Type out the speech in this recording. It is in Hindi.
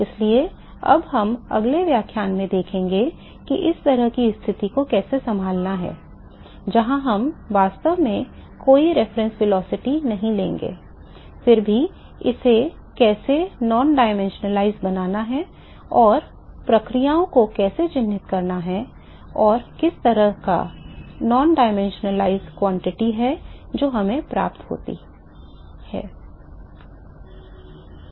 इसलिए अब हम अगले व्याख्यान में देखेंगे कि इस तरह की स्थिति को कैसे संभालना है जहां वास्तव में कोई संदर्भ वेग नहीं है फिर भी इसे कैसे गैर आयामी बनाना है और प्रक्रियाओं को कैसे चिह्नित करना है और किस तरह का गैर आयामी मात्रा है जो हमें प्राप्त होगी